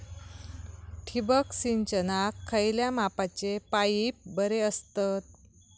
ठिबक सिंचनाक खयल्या मापाचे पाईप बरे असतत?